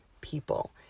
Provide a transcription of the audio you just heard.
people